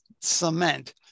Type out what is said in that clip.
cement